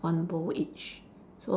one bowl each